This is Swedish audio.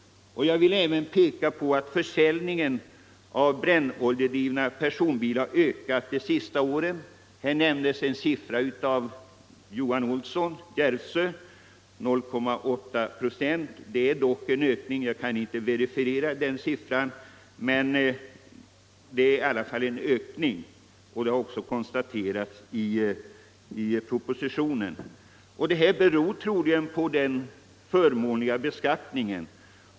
Jag vill även påpeka att försäljningen av brännoljedrivna personbilar har ökat de senaste åren. Herr Olsson i Järvsö nämnde siffran 0,8 procent. Jag kan inte verifiera den siffran men det är i alla fall fråga om en ökning, såsom även konstateras i propositionen, och den beror troligen på den förmånliga beskattningen.